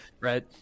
Right